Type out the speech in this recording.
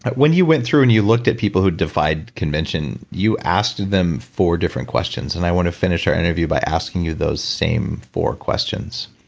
when you went through and you looked at people who defied convention you asked them four different questions and i want to finish our interview by asking you those same four questions,